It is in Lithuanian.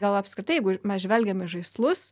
gal apskritai jeigu mes žvelgiam į žaislus